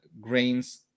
grains